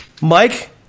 Mike